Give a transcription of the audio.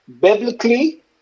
Biblically